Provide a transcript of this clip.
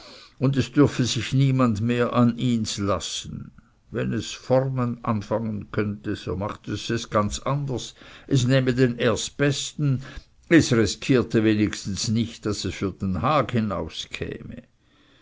und es dürfe sich niemand mehr an ihns lassen wenn es vornen anfangen könnte so machte es es ganz anders es nähme den erstbesten so riskierte es wenigstens nicht daß es für den hag hinaus käme